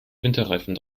winterreifen